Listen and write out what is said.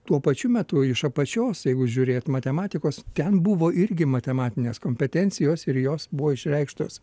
tuo pačiu metu iš apačios jeigu žiūrėt matematikos ten buvo irgi matematinės kompetencijos ir jos buvo išreikštos